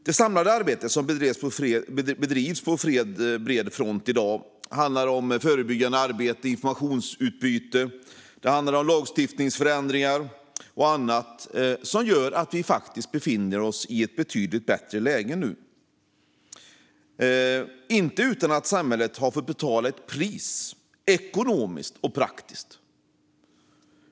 Det samlade arbetet, som bedrivs på bred front i dag, handlar om förebyggande arbete, informationsutbyte, lagstiftningsförändringar och annat som gjort att vi faktiskt befinner oss i ett betydligt bättre läge nu. Men det har inte skett utan att samhället fått betala ett ekonomiskt och praktiskt pris.